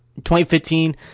2015